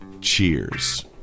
Cheers